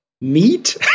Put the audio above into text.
Meat